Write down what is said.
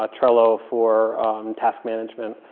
ah trello for task management,